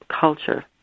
culture